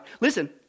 Listen